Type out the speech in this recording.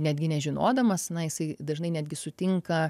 netgi nežinodamas na jisai dažnai netgi sutinka